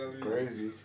Crazy